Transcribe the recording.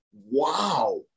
wow